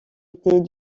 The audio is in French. était